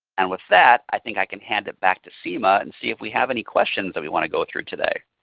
and with that i think i can hand it back to sima and see if we have any questions that we want to go through today.